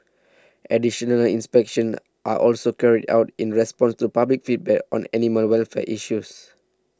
additional inspections are also carried out in response to public feedback on an animal welfare issues